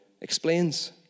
explains